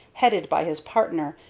headed by his partner,